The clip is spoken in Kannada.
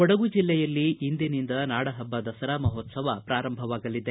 ಕೊಡಗು ಜಲ್ಲೆಯಲ್ಲಿ ಇಂದಿನಿಂದ ನಾಡಪಬ್ದ ದಸರಾ ಮಹೋತ್ತವ ಪ್ರಾರಂಭವಾಗಲಿದೆ